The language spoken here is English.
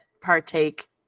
partake